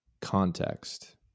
context